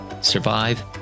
survive